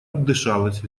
отдышалась